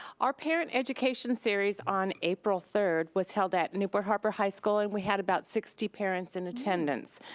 our parent education series on april third was held at newport harbor high school, and we had about sixty parents in attendance.